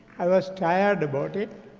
i was tired about it,